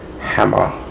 hammer